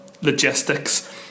logistics